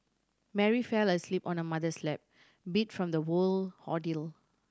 Mary fell asleep on the mother's lap beat from the ordeal